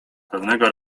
pewnego